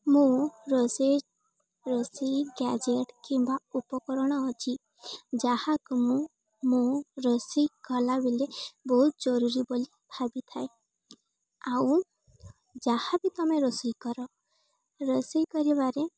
ମୁଁ ରୋଷେଇ ରୋଷେଇ ଗ୍ୟାଜେଟ୍ କିମ୍ବା ଉପକରଣ ଅଛି ଯାହାକୁ ମୁଁ ମୁଁ ରୋଷେଇ କଲାବେଳେ ବହୁତ ଜରୁରୀ ବୋଲି ଭାବିଥାଏ ଆଉ ଯାହାବି ତୁମେ ରୋଷେଇ କର ରୋଷେଇ କରିବାରେ